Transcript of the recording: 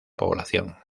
población